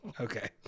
okay